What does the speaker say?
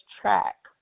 track